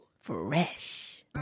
Fresh